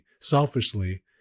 selfishly